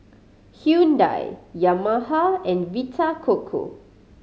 Hyundai Yamaha and Vita Coco